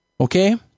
Okay